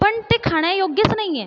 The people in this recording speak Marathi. पण ते खाण्यायोग्यच नाही आहे